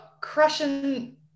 Crushing